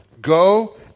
Go